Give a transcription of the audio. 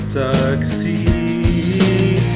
succeed